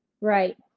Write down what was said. right